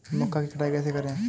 मक्का की कटाई कैसे करें?